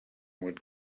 would